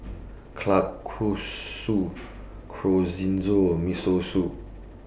Kalguksu Chorizo and Miso Soup